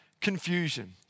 confusion